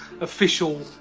official